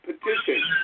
petition